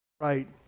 right